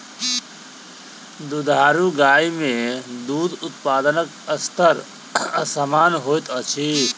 दुधारू गाय मे दूध उत्पादनक स्तर असामन्य होइत अछि